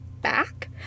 back